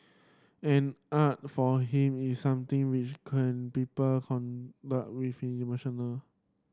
and art for him is something which can people with emotional